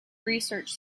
research